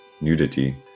nudity